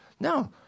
No